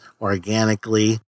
organically